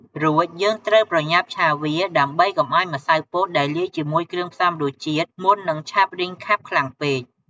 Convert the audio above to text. រួចយើងត្រូវប្រញ៉ាប់ឆាវា ដើម្បីកុំឲ្យម្សៅពោតដែលលាយជាមួយគ្រឿងផ្សំរសជាតិមុននឹងឆាប់រីងខាប់ខ្លាំងពេក។